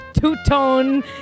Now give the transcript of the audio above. two-tone